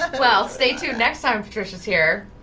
ah well stay tuned next time for tricia's here.